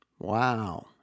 Wow